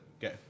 go